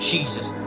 Jesus